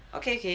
okay okay